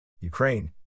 Ukraine